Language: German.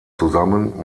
zusammen